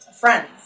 Friends